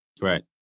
Right